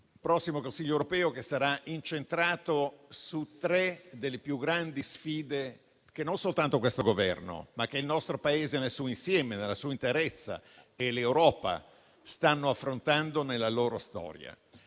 sul prossimo Consiglio europeo, che sarà incentrato su tre delle più grandi sfide che non soltanto questo Governo, ma il nostro Paese messo insieme, nella sua interezza, e l'Europa stanno affrontando nella loro storia.